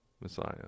Messiah